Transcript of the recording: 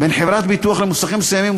ביטוח למוסכים מסוימים,